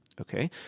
okay